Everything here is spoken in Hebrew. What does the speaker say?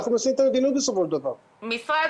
אנחנו עושים את המדיניות בסופו של דבר משרד